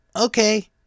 okay